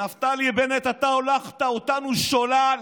נפתלי בנט, אתה הולכת אותנו שולל